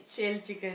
sale chicken